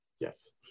Yes